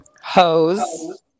Hose